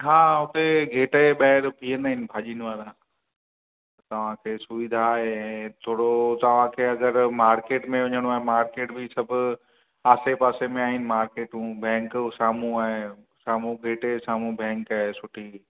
हा उते गेट जे ॿाहिरि बिहंदा आहिनि भाॼी वारा तव्हांखे सुविधा आहे ऐं थोरो तव्हांखे अगरि मार्केट में वञिणो आहे मार्केट बि सभु आसे पासे में आहिनि मार्केटू बैंक साम्हूं आहे साम्हूं गेट जे साम्हूं बैंक आहे सुठी